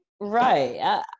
Right